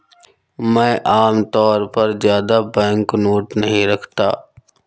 मैं आमतौर पर ज्यादा बैंकनोट नहीं रखता